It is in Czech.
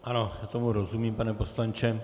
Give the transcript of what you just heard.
Ano, tomu rozumím, pane poslanče.